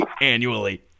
annually